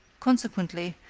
consequently,